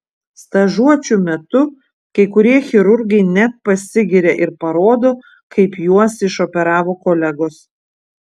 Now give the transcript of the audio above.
stažuočių metu kai kurie chirurgai net pasigiria ir parodo kaip juos išoperavo kolegos